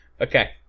Okay